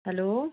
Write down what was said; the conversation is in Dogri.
हैलो